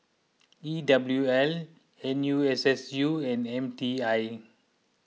E W L N U S S U and M T I